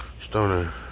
Stoner